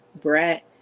brat